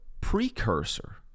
precursor